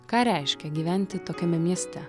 ką reiškia gyventi tokiame mieste